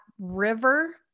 river